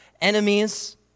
enemies